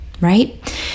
right